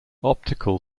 optical